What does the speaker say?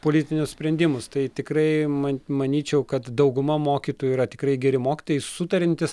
politinius sprendimus tai tikrai ma manyčiau kad dauguma mokytojų yra tikrai geri mokytojai sutariantys